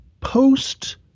post